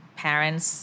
parents